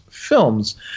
films